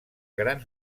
grans